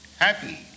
happy